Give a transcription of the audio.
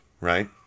right